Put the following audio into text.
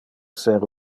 ser